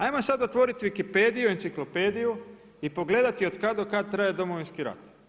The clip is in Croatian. Ajmo sada otvoriti wikipediu, enciklopediju i pogledati otkada do kada traje Domovinski rat.